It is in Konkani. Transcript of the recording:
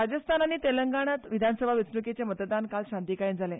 राजस्थान आनी तेलंगणांत विधानसभा वेंचण्कांचे मतदान काल शांतीकायेन जाले